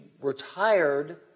retired—